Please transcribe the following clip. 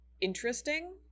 interesting